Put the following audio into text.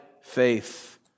faith